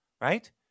right